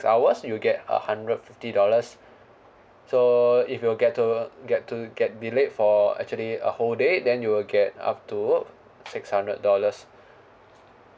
hours you get a hundred fifty dollars so if you get to get to get delayed for actually a whole day then you will get up to six hundred dollars